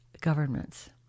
governments